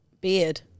Beard